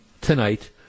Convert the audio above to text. tonight